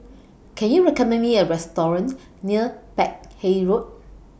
Can YOU recommend Me A Restaurant near Peck Hay Road